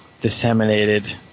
disseminated